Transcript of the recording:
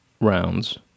rounds